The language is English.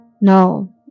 No